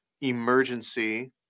emergency